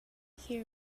hear